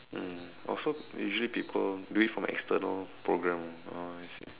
mm also usually people do it from a external program oh I see